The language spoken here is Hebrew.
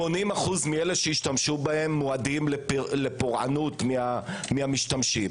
80% מאלה שישתמשו בהם מועדים לפורענות, מהמשתמשים.